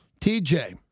TJ